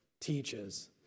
teaches